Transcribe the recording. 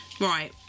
Right